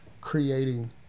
creating